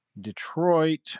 detroit